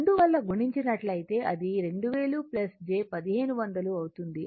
అందువల్ల గుణించినట్లయితే అది 2000 j 1500 అవుతుంది